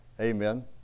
amen